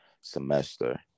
semester